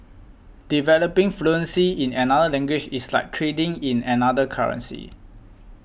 developing fluency in another language is like trading in another currency